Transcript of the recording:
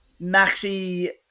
Maxi